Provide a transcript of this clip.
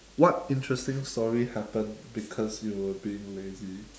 what interesting story happened because you were being lazy